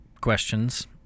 questions